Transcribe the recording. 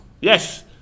Yes